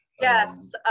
Yes